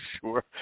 sure